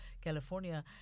California